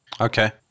Okay